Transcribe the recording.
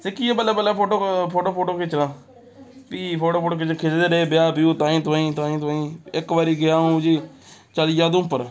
सिक्खी गे बल्लें बल्लें फोटो खिच्चना फ्ही फोटो फोटो खिच्चना खिच्चदे रेह् ब्याह् ब्यू ताईं तुआईं ताईं तुआईं इक बारी गेआ अ'ऊं जी चली गेआ उधमपुर